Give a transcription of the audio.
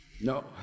No